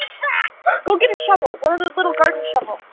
go get a shovel, where are those little garden shovels,